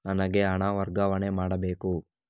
ನನಗೆ ಹಣ ವರ್ಗಾವಣೆ ಮಾಡಬೇಕು